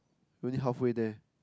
we already halfway there